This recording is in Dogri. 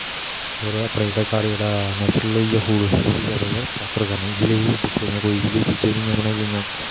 और अपना जेहडा घर जेहडा नैचरुल होई गया जेहडा फूड ज्यादातर प्रेफर करने जेहडी दिक्खी लेइये इयां जेही बनाई लेइयां